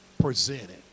presented